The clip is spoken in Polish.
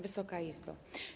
Wysoka Izbo!